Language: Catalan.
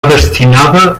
destinada